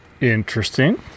Interesting